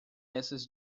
essas